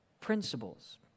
principles